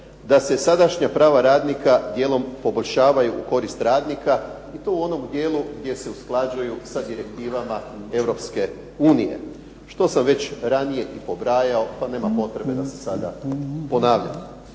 da se sadašnja prava radnika dijelom poboljšavaju u korist radnika i to u onom dijelu gdje se usklađuju sa direktivama Europske unije, što sam već i ranije pobrojao pa nema potrebe da se sada ponavljam.